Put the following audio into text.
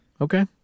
Okay